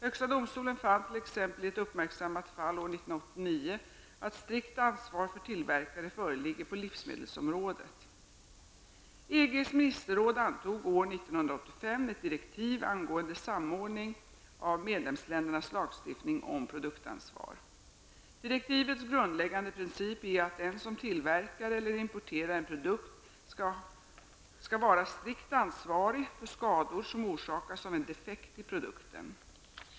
Högsta domstolen fann t.ex. i ett uppmärksammat fall år 1989 att strikt ansvar för tillverkare föreligger på livsmedelsområdet. EGs ministerråd antog år 1985 ett direktiv angående samordning av medlemsländernas lagstiftning om produktansvar. Direktivets grundläggande princip är att den som tillverkar eller importerar en produkt skall vara strikt ansvarig för skador som orsakas av en defekt i produkten.